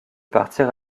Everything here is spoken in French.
partir